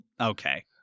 okay